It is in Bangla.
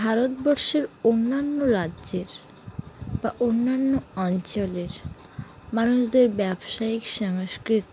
ভারতবর্ষের অন্যান্য রাজ্যের বা অন্যান্য অঞ্চলের মানুষদের ব্যবসায়িক সংস্কৃতি